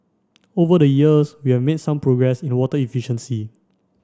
over the years we have made some progress in water efficiency